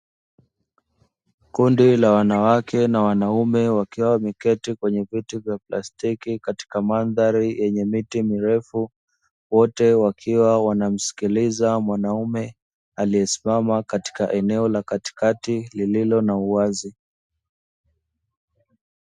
Kundi la wanawake na wanaume wakiwa wameketi kwenye viti vya plastiki. Katika madhari yenye miti mirefu. Wote wakiwa wanamskiliza mwanaume aliyesimama katka eneo la katikati lililo na uwazi.